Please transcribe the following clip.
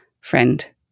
friend